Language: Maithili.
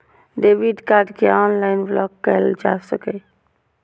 डेबिट कार्ड कें ऑनलाइन ब्लॉक कैल जा सकैए